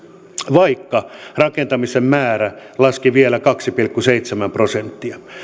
vaikka rakentamisen määrä laski vielä kaksi pilkku seitsemän prosenttia